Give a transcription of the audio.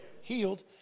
healed